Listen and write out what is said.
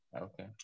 Okay